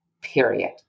Period